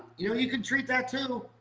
you know you can treat that too.